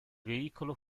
veicolo